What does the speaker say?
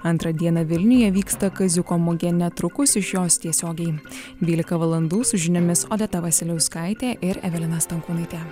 antrą dieną vilniuje vyksta kaziuko mugė netrukus iš jos tiesiogiai dvylika valandų su žiniomis odeta vasiliauskaitė ir evelina stankūnaitė